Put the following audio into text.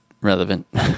relevant